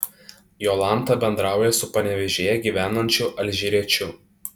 jolanta bendrauja su panevėžyje gyvenančiu alžyriečiu